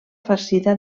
farcida